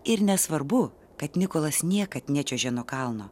ir nesvarbu kad nikolas niekad nečiuožė nuo kalno